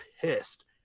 pissed